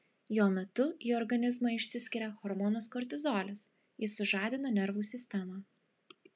jo metu į organizmą išsiskiria hormonas kortizolis jis sužadina nervų sistemą